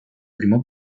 primo